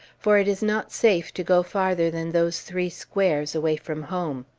for it is not safe to go farther than those three squares, away from home.